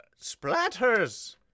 splatters